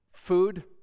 Food